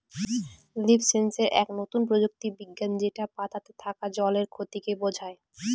leaf sensor এক নতুন প্রযুক্তি বিজ্ঞান যেটা পাতাতে থাকা জলের ক্ষতিকে বোঝায়